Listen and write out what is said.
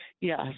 Yes